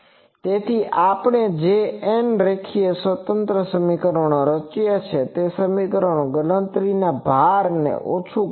તેથી આપણે જે n રેખીય સ્વતંત્ર સમીકરણો રચ્યા છે તે સમીકરણો ગણતરીના ભારને ઓછું કરે છે